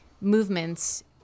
movements